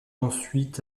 ensuite